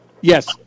Yes